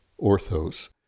orthos